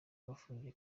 bafungiye